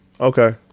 Okay